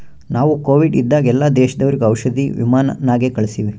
ನಾವು ಕೋವಿಡ್ ಇದ್ದಾಗ ಎಲ್ಲಾ ದೇಶದವರಿಗ್ ಔಷಧಿ ವಿಮಾನ್ ನಾಗೆ ಕಳ್ಸಿವಿ